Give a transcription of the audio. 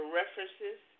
references